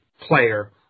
player